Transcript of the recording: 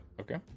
Okay